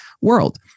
world